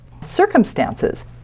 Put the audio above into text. circumstances